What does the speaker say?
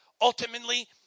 ultimately